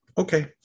Okay